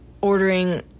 ordering